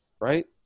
right